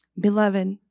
beloved